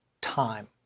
time